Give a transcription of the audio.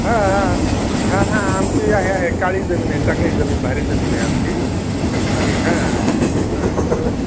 हां हां हां हां आमची आहे आहे काळी जमीन चांगली जमीन भारी जमीन आहे आमची आणि हां ह तर